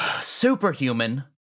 superhuman